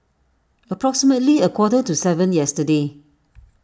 approximately a quarter to seven yesterday